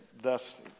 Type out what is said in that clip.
thus